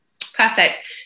perfect